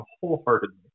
wholeheartedly